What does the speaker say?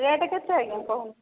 rate କେତେ ଆଜ୍ଞା କହୁନ୍